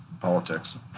politics